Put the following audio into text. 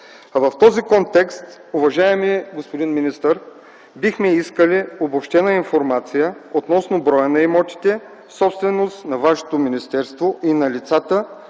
м. В този контекст, уважаеми господин министър, бихме искали обобщена информация относно броя на имотите, собственост на Вашето министерство, и на лицата,